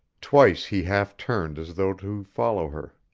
twice he half turned as though to follow her.